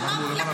אמרנו שלמעלה